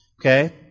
okay